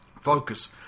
focus